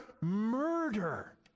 murder